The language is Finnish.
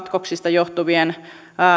johtuvien